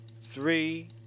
three